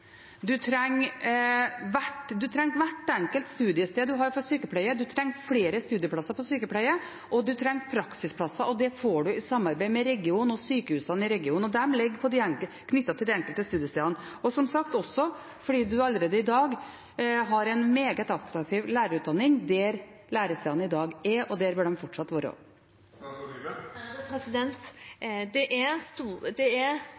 sykepleie, og man trenger praksisplasser. Det får man i samarbeid med regionen og sykehusene i regionen knyttet til de enkelte studiestedene, og som sagt også fordi man allerede i dag har en meget attraktiv lærerutdanning der lærestedene i dag er, og der bør de fortsatt være. Det er styrenes ansvar å gjennomgå sin studiestedstruktur og ha en organisering av universitetet sitt som er